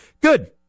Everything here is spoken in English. Good